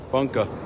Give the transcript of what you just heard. Bunker